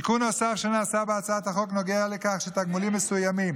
תיקון נוסף שנעשה בהצעת החוק נוגע לכך שתגמולים מסוימים